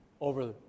over